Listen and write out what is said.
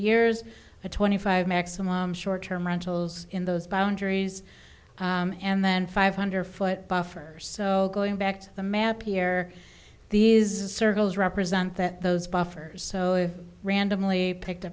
years to twenty five short term rentals in those boundaries and then five hundred foot buffer so going back to the map here these circles represent that those buffers so randomly picked a